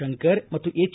ಶಂಕರ್ ಮತ್ತು ಎಚ್